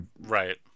right